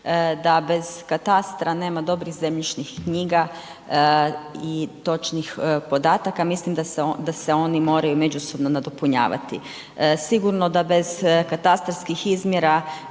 da bez katastra nema dobrih zemljišnih knjiga i točnih podataka, mislim da se oni moraju međusobno nadopunjavati. Sigurno da bez katastarskih izmjera